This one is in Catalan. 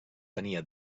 tenia